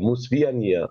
mus vienija